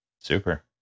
Super